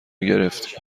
گرفتیم